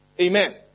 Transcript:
Amen